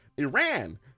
Iran